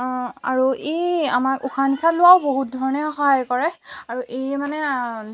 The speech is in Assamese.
আমাৰ এই উশাহ নিশাহ লোৱাও বহুত ধৰণে সহায় কৰে আৰু এই মানে